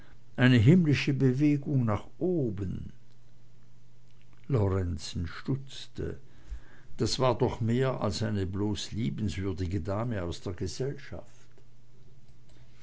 eine himmlische bewegung nach oben lorenzen stutzte das war doch mehr als eine bloß liebenswürdige dame aus der gesellschaft